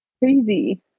Crazy